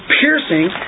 piercing